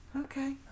okay